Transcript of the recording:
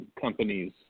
companies